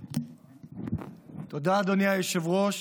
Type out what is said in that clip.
תודה, אדוני היושב-ראש.